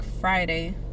Friday